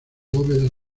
bóvedas